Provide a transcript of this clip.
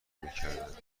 میکردند